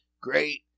Great